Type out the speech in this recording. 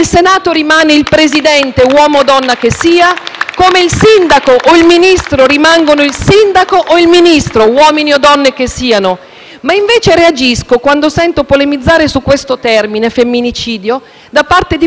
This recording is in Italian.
come il Sindaco o il Ministro rimangono il Sindaco e il Ministro, uomini o donne che siano ma, invece, reagisco quando sento polemizzare su questo termine da parte di persone che non riescono a vederne la differenza rispetto